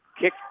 Kick